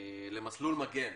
למסלול מג"ן,